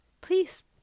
please